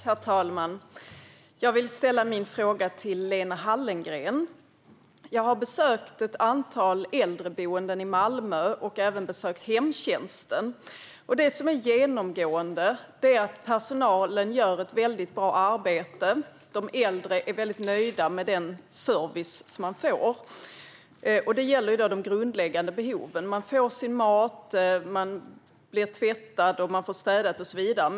Herr talman! Jag vill ställa min fråga till Lena Hallengren. Jag har besökt ett antal äldreboenden i Malmö, och jag har även besökt hemtjänsten. Genomgående är att personalen gör ett väldigt bra arbete. De äldre är mycket nöjda med den service som de får. Det här gäller de grundläggande behoven. Man får sin mat, man blir tvättad, man får hjälp med städning och så vidare.